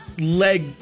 leg